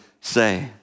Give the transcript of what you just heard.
say